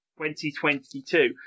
2022